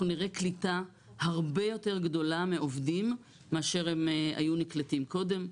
אנחנו נראה קליטה הרבה יותר גדולה של עובדים מאשר הם היו נקלטים קודם.